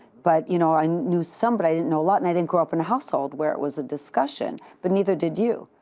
but, you know i knew some, but i didn't know a lot, i didn't grow up in a household where it was a discussion, but neither did you.